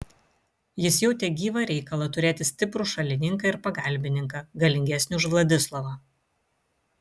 jis jautė gyvą reikalą turėti stiprų šalininką ir pagalbininką galingesnį už vladislovą